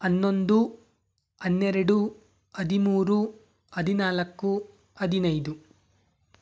ಹನ್ನೊಂದು ಹನ್ನೆರಡು ಹದಿಮೂರು ಹದಿನಾಲ್ಕು ಹದಿನೈದು